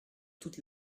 toute